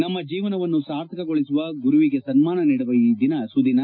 ನಮ್ನ ಜೀವನವನ್ನು ಸಾರ್ಥಕಗೊಳಿಸುವ ಗುರುವಿಗೆ ಸನ್ನಾನ ನೀಡುವ ಈ ದಿನ ಸುದಿನ